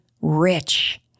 rich